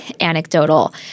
anecdotal